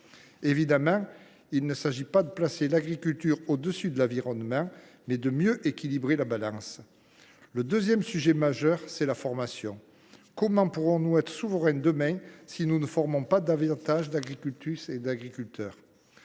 Évidemment, il ne s’agit pas de placer l’agriculture au dessus de l’environnement, mais de mieux équilibrer la balance. Le deuxième sujet majeur, c’est la formation. Comment pourrons nous être souverains demain si nous ne formons pas davantage d’agricultrices et d’agriculteurs ?